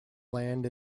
land